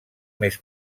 més